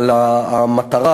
אבל המטרה,